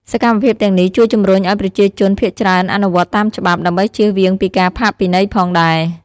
សកម្មភាពទាំងនេះ ជួយជំរុញឱ្យប្រជាជនភាគច្រើនអនុវត្តតាមច្បាប់ ដើម្បីចៀសវាងពីការផាកពិន័យផងដែរ។